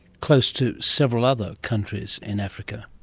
close to several other countries in africa.